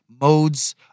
modes